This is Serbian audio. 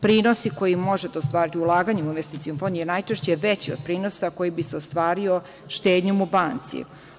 Prinosi koje možete ostvariti ulaganjem u investicioni fond je najčešće veći od prinosa koji bi se ostvario štednjom u banci.